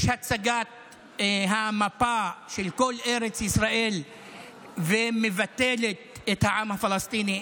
יש הצגת המפה של כל ארץ ישראל שמבטלת את העם הפלסטיני.